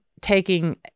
taking